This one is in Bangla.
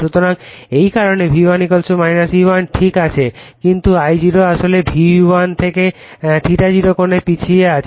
সুতরাং এই কারণে এটি V1 E1 ঠিক আছে কিন্তু এই I0 আসলে V1 থেকে ∅0 কোণে পিছিয়ে আছে